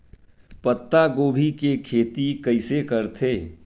पत्तागोभी के खेती कइसे करथे?